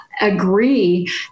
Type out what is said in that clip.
agree